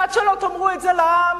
ועד שלא תאמרו את זה לעם,